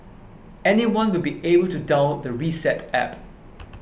anyone will be able to download the Reset App